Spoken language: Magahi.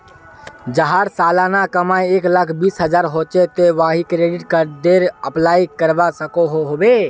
जहार सालाना कमाई एक लाख बीस हजार होचे ते वाहें क्रेडिट कार्डेर अप्लाई करवा सकोहो होबे?